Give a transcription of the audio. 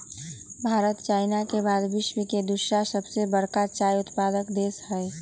Bharat China के बाद विश्व में दूसरा सबसे बड़का चाय उत्पादक देश हई